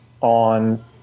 on